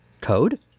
Code